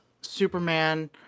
superman